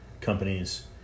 companies